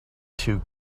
two